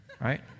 right